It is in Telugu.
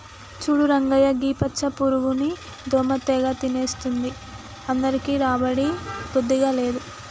చూడు రంగయ్య గీ పచ్చ పురుగుని దోమ తెగ తినేస్తుంది అందరికీ రాబడి బొత్తిగా లేదు